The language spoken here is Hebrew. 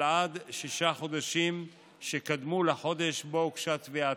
עד שישה חודשים שקדמו לחודש שבו הוגשה התביעה.